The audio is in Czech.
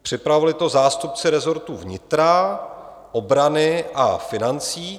Připravili to zástupci rezortů vnitra, obrany a financí.